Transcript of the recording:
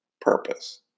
purpose